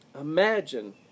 Imagine